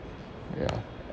yeah